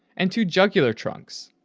and two jugular trunks,